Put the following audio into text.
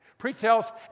Pre-tells